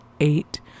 eight